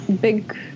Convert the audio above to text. big